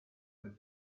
had